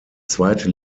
zweite